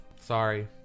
sorry